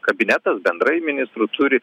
kabinetas bendrai ministrų turi